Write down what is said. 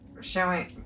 showing